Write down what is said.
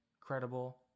credible